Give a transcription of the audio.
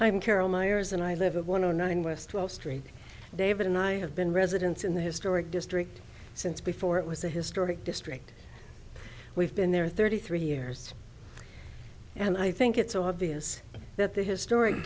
i'm carol meyers and i live at one o nine west wall street david and i have been residents in the historic district since before it was a historic district we've been there thirty three years and i think it's obvious that the historic